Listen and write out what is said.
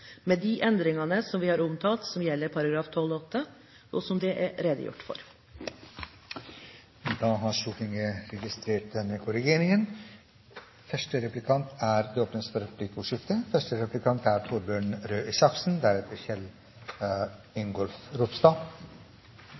med de endringene som vi har omtalt, som gjelder § 12-8, og som det er redegjort for. Stortinget har registrert denne korrigeringen. Det blir replikkordskifte. Det er hyggelig å bli omtalt som kamerat for